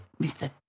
Mr